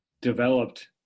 developed